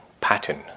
pattern